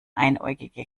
einäugige